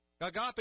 Agape